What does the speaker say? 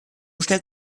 stellt